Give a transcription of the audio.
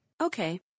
Okay